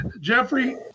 Jeffrey